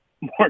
more